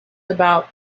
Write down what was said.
about